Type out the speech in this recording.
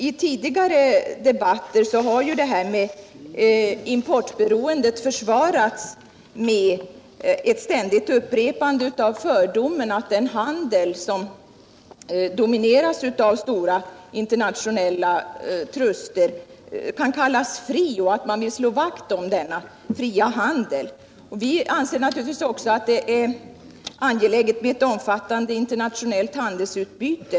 I tidigare debatter har ju importberoendet försvarats med ett ständigt upprepande av fördomen, att den handel som domineras av stora internationella truster kan kallas fri, och att man vill slå vakt om denna fria handel. Vi anser naturligtvis också att det är angeläget med ett omfattande internationellt handelsutbyte.